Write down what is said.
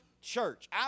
church